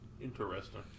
Interesting